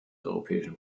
europäischen